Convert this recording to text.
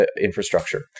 infrastructure